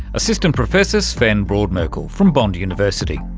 assistant professor sven brodmerkel from bond university.